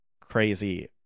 crazy